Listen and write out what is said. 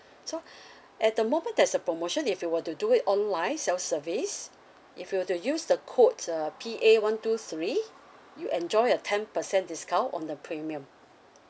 so at the moment there's a promotion if you were to do it online self service if you were to use the code uh P A one two three you enjoy a ten percent discount on the premium